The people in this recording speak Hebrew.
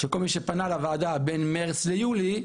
שכל מי שפנה לוועדה בין מרץ ליולי,